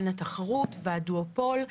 התחרות והדואופול,